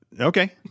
okay